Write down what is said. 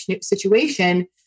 situation